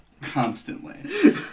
constantly